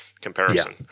comparison